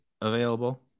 available